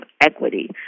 equity